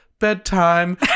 bedtime